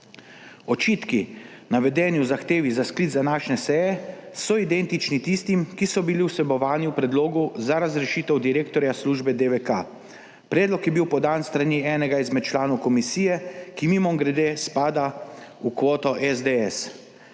Očitki, navedeni v zahtevi za sklic današnje seje so identični tistim, ki so bili vsebovani v predlogu za razrešitev direktorja službe DVK. Predlog je bil podan s strani enega izmed članov komisije, ki mimogrede. spada v kvoto SDS.